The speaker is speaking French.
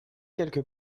quelque